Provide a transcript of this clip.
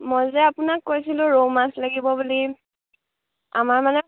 মই যে আপোনাক কৈছিলোঁ ৰৌ মাছ লাগিব বুলি আমাৰ মানে